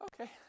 Okay